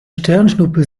sternschnuppe